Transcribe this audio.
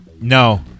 No